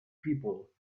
people